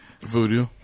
Voodoo